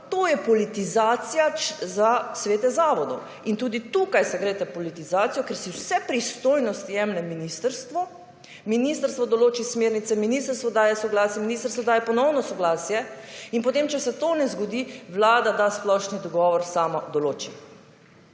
To je politizacija za svete zavodov in tudi tukaj se greste politizacijo, ker si vse pristojnosti jemlje ministrstvo. Ministrstvo določi smernice, ministrstvo daje soglasje, ministrstvo daje ponovno soglasje in potem, če se to ne zgodi Vlada da splošni dogovor in sama določi.